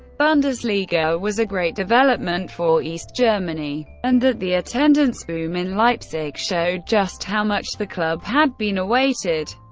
bundesliga was a great development for east germany and that the attendance boom in leipzig showed just how much the club had been awaited.